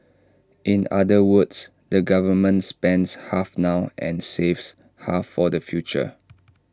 in other words the government spends half now and saves half for the future